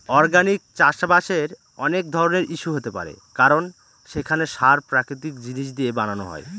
organic চাষবাসের অনেক ধরনের ইস্যু হতে পারে কারণ সেখানে সার প্রাকৃতিক জিনিস দিয়ে বানানো হয়